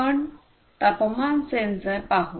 आपण तापमान सेन्सर पाहू